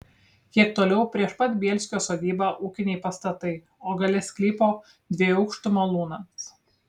kiek toliau prieš pat bielskio sodybą ūkiniai pastatai o gale sklypo dviejų aukštų malūnas